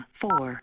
four